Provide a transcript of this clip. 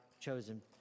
chosen